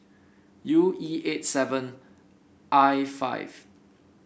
U E eight seven I five